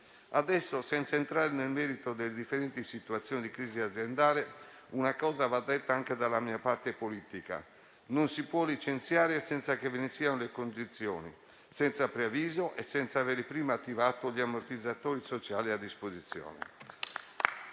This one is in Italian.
Adesso, senza entrare nel merito delle differenti situazioni di crisi aziendali, una cosa va detta anche dalla mia parte politica. Non si può licenziare senza che ve ne siano le condizioni, senza preavviso e senza avere prima attivato gli ammortizzatori sociali a disposizione.